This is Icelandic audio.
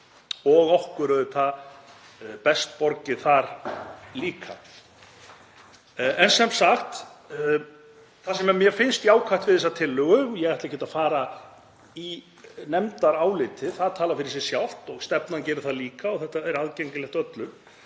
og okkur er auðvitað líka best borgið þar. Það sem mér finnst jákvætt við þessa tillögu — ég ætla ekkert að fara í nefndarálitið, það talar fyrir sig sjálft, stefnan gerir það líka og þetta er aðgengilegt öllum